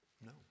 No